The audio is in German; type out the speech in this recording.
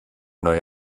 neue